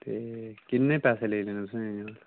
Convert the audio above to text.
ते किन्ने पैसे लैने तुसें